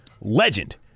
legend